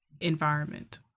environment